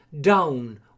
Down